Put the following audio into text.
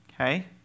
okay